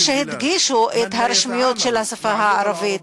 שהדגישו את הרשמיות של השפה הערבית.